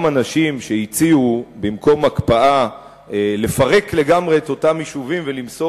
אנשים שהציעו במקום הקפאה לפרק לגמרי את אותם יישובים ולמסור